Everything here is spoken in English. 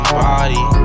body